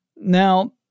Now